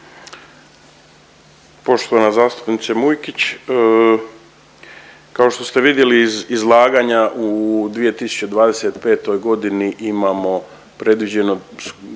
Poštovana zastupnice Mujkić. Kao što ste vidjeli iz izlaganja u 2025.g. imamo predviđeno